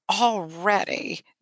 already